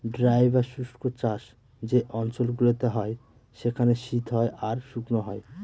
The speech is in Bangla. ড্রাই বা শুস্ক চাষ যে অঞ্চল গুলোতে হয় সেখানে শীত হয় আর শুকনো হয়